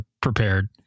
prepared